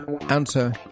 Answer